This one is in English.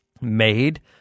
made